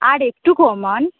আর একটু কমান